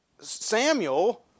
Samuel